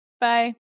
Bye